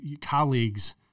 colleagues